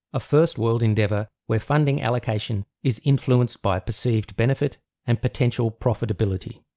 a first world endeavour where funding allocation is influenced by perceived benefit and potential profitability.